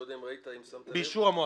לא יודע אם ראית שכתוב באישור המועצה.